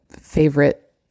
favorite